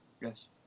Yes